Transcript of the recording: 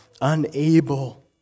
unable